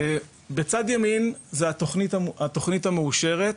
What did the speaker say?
בצד ימין, התוכנית המאושרת.